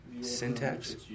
Syntax